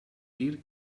dir